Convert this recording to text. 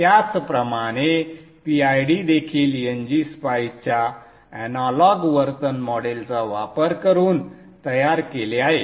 त्याचप्रमाणे PID देखील ngSpice च्या अनालॉग वर्तन मॉडेल चा वापर करून तयार केले आहे